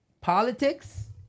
politics